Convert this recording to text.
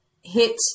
hit